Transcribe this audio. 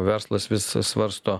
verslas vis svarsto